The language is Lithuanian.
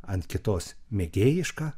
ant kitos mėgėjišką